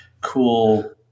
cool